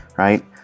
Right